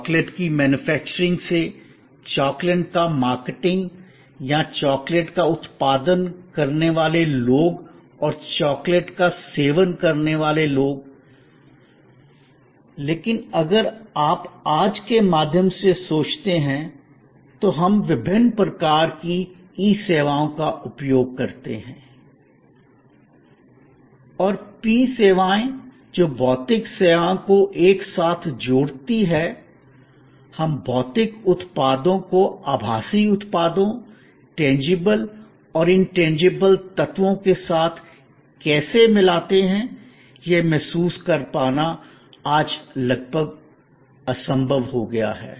chocolate के manufacturing से chocolate का मार्केटिंग या चॉकलेट का उत्पादन करने वाले लोग और चॉकलेट का सेवन करने वाले लोग लेकिन अगर आप आज के माध्यम से सोचते हैं तो हम विभिन्न प्रकार की ई सेवाओं का उपयोग करते हैं और पी सेवाएं जो भौतिक सेवाओं को एक साथ जोड़ती हैं हम भौतिक उत्पादों को आभासी उत्पादों टेंजबल और इनटेंजबल तत्वों के साथ कैसे मिलाते हैं यह महसूस कर पाना आज लगभग असंभव हो गया है